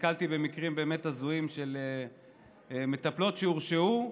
נתקלתי במקרים באמת הזויים של מטפלות שהורשעו,